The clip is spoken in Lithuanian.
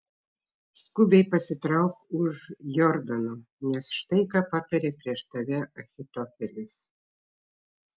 skubiai pasitrauk už jordano nes štai ką patarė prieš tave ahitofelis